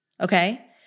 Okay